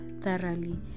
thoroughly